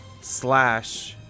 slash